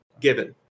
Given